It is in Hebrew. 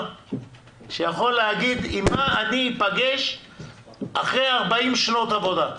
שיכול להגיד עם מה אני אפגש אחרי 40 שנות עבודה,